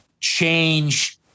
change